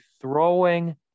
throwing